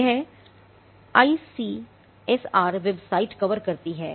यह ICSR website cover करती है